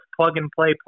plug-and-play